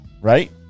right